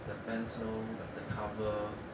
the pencil like the cover